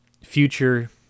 future